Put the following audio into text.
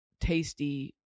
tasty